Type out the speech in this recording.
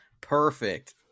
Perfect